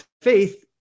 faith